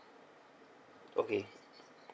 okay